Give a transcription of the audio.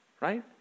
right